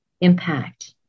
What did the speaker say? impact